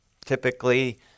Typically